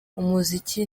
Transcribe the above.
umuziki